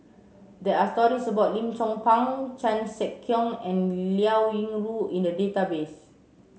there are stories about Lim Chong Pang Chan Sek Keong and Liao Yingru in the database